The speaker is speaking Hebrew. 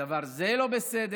ודבר זה לא בסדר.